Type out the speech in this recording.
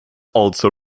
also